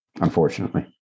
unfortunately